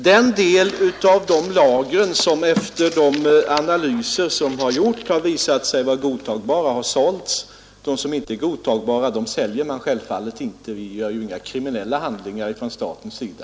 Herr talman! De delar av lagren som efter de gjorda analyserna visat sig vara godtagbara har sålts. De som inte är godtagbara säljer man självfallet inte — vi begår ju inga kriminella handlingar från statens sida.